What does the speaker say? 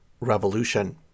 revolution